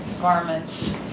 garments